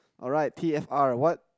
alright T F R what